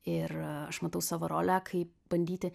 ir aš matau savo rolę kaip bandyti